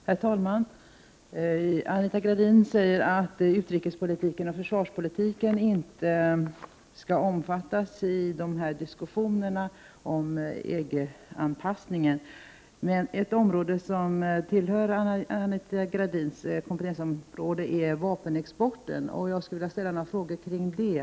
Herr talman! Anita Gradin säger att utrikespolitiken och försvarspolitiken inte skall omfattas av de här diskussionerna om EG-anpassningen. Men ett område som tillhör Anita Gradins kompetensområde är vapenexporten, och jag skulle vilja ställa några frågor kring den.